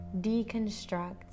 deconstruct